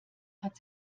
hat